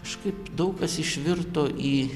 kažkaip daug kas išvirto į